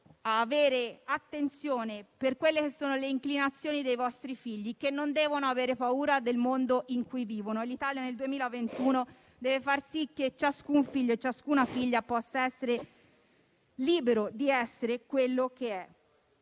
a fare attenzione alle inclinazioni dei vostri figli, che non devono avere paura del mondo in cui vivono. In Italia, nel 2021, si deve far sì che ciascun figlio e ciascuna figlia possano essere liberi di essere quello che